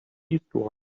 eastward